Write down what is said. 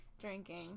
drinking